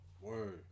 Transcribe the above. Word